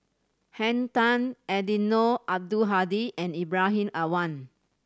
Henn Tan Eddino Abdul Hadi and Ibrahim Awang